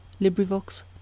librivox